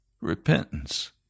repentance